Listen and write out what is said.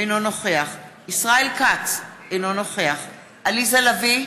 אינו נוכח ישראל כץ, אינו נוכח עליזה לביא,